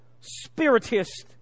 spiritist